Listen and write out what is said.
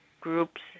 groups